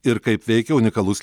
ir kaip veikia unikalus